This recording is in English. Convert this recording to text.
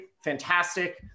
fantastic